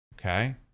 okay